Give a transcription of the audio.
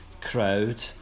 crowd